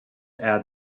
add